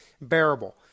bearable